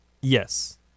Yes